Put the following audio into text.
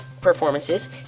performances